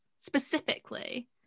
specifically